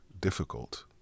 difficult